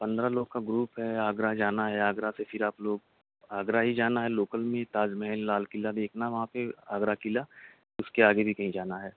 پندرہ لوگ کا گروپ ہے آگرہ جانا ہے آگرہ سے پھر آپ لوگ آگرہ ہی جانا ہے لوکل میں تاج محل لال قلعہ دیکھنا ہے وہاں پہ آگرہ قلعہ اس کے آگے بھی کہیں جانا ہے